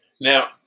Now